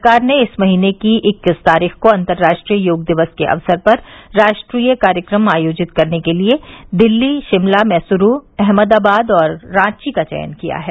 सरकार ने इस महीने की इक्कीस तारीख को अन्तर्राष्ट्रीय योग दिवस के अवसर पर राष्ट्रीय कार्यक्रम आयोजित करने के लिए दिल्ली शिमला मैसूरू अहमदाबाद और रांची का चयन किया है